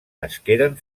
nasqueren